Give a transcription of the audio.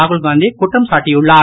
ராகுல்காந்தி குற்றம் சாட்டியுள்ளார்